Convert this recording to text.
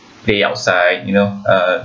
play outside you know uh